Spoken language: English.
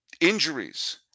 injuries